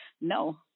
No